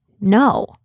no